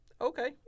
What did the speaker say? Okay